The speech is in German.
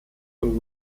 und